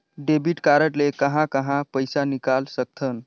Debit card ले कहां कहां पइसा निकाल सकथन?